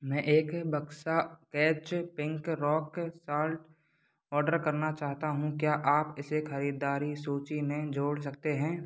मैं एक बक्सा कैच पिंक रॉक साॅल्ट ऑर्डर करना चाहता हूँ क्या आप इसे ख़रीदारी सूची में जोड़ सकते हैं